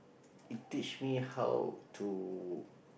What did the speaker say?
it teach me how to